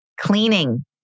cleaning